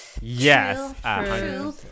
yes